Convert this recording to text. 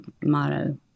motto